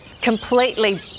completely